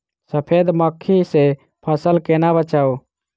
सफेद मक्खी सँ फसल केना बचाऊ?